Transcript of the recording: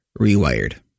rewired